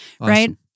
right